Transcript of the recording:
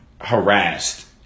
harassed